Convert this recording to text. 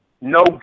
No